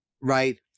right